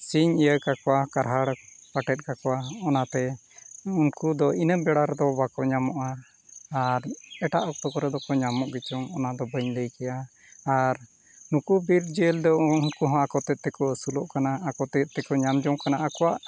ᱥᱤᱧ ᱤᱭᱟᱹ ᱠᱟᱠᱚᱣᱟ ᱠᱟᱨᱦᱟᱲ ᱮᱴᱮᱫ ᱠᱟᱠᱚᱣᱟ ᱚᱱᱟᱛᱮ ᱩᱱᱠᱩ ᱫᱚ ᱤᱱᱟᱹᱜ ᱵᱮᱲᱟ ᱨᱮᱫᱚ ᱵᱟᱠᱚ ᱧᱟᱢᱚᱜᱼᱟ ᱟᱨ ᱮᱴᱟᱜ ᱚᱠᱛᱚ ᱠᱚᱨᱮ ᱫᱚᱠᱚ ᱧᱟᱢᱚᱜ ᱜᱮᱪᱚᱝ ᱚᱱᱟᱫᱚ ᱵᱟᱹᱧ ᱞᱟᱹᱭ ᱠᱮᱭᱟ ᱟᱨ ᱱᱩᱠᱩ ᱵᱤᱨ ᱡᱤᱭᱟᱹᱞᱤ ᱫᱚ ᱩᱱᱠᱩ ᱦᱚᱸ ᱟᱠᱚ ᱛᱮᱫ ᱛᱮᱠᱚ ᱟᱹᱥᱩᱞᱚᱜ ᱠᱟᱱᱟ ᱟᱠᱚ ᱛᱮᱫ ᱛᱮᱠᱚ ᱧᱟᱢ ᱡᱚᱝ ᱠᱟᱱᱟ ᱟᱠᱚᱣᱟᱜ